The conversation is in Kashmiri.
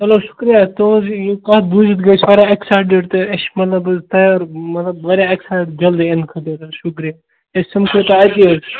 چلو شُکریہ تُہٕنٛز یہِ یہِ کَتھ بوٗزِتھ گٔے أسۍ واریاہ اٮ۪کسایٹٕڈ تہٕ أسۍ چھِ مطلب حظ تیار مطلب واریاہ اٮ۪کسایِٹڈ جلدی یِنہٕ خٲطرٕ تیٚلہِ شُکریہ أسۍ سَمکھو تۄہہِ أتی حظ